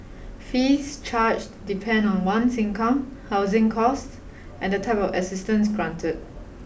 fees charged depend on one's income housing cost and the type of assistance granted